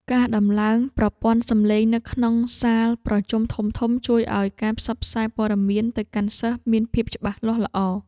ការដំឡើងប្រព័ន្ធសម្លេងនៅក្នុងសាលប្រជុំធំៗជួយឱ្យការផ្សព្វផ្សាយព័ត៌មានទៅកាន់សិស្សមានភាពច្បាស់លាស់ល្អ។